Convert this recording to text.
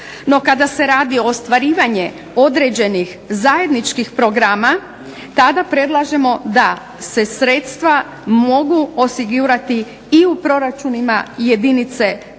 No, kada se radi ostvarivanje određenih zajedničkih programa tada predlažemo da se sredstva mogu osigurati i u proračunima jedinice